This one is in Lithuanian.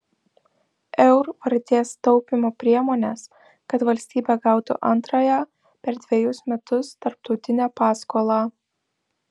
eur vertės taupymo priemones kad valstybė gautų antrąją per dvejus metus tarptautinę paskolą